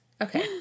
Okay